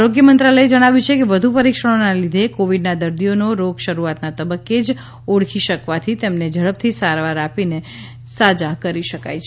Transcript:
આરોગ્ય મંત્રાલયે જણાવ્યું છે કે વધુ પરિક્ષણોના લીધે કોવિડના દર્દીઓનો રોગ શરૂઆતના તબક્કે જ ઓળખી શકવાથી તેને ઝડપથી સારવાર આપીને ઝડપથી સાજા કરી શકાય છે